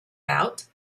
out